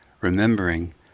remembering